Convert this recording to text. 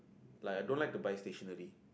like I don't like to buy stationary